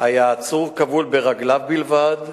היה העצור כבול ברגליו בלבד,